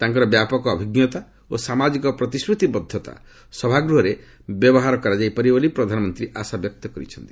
ତାଙ୍କର ବ୍ୟାପକ ଅଭିଜ୍ଞତା ଓ ସାମାଜିକ ପ୍ରତିଶ୍ରତିବଦ୍ଧତା ସଭାଗୃହରେ ବ୍ୟବହାର କରାଯାଇ ପାରିବ ବୋଲି ପ୍ରଧାନମନ୍ତ୍ରୀ ଆଶାବ୍ୟକ୍ତ କରିଛନ୍ତି